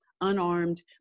unarmed